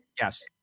Yes